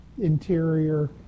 Interior